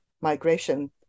migration